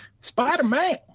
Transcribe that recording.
Spider-Man